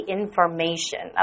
information